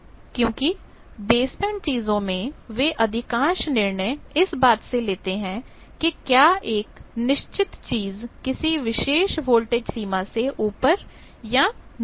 क्योंकि बेसबैंड चीजों में वेअधिकांश निर्णय इस बात से लेते हैं कि क्या एक निश्चित चीज किसी विशेष वोल्टेज सीमा से ऊपर या नीचे